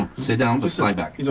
sit down. just lie back he's